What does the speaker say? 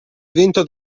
vinto